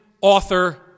author